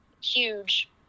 huge